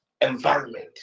environment